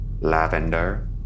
lavender